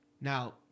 Now